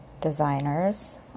designers